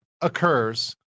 occurs